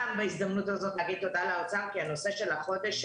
גם בהזדמנות הזאת להגיד תודה לאוצר כי הנושא של החודש,